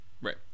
right